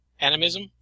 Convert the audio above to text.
Animism